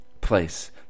place